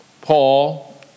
Paul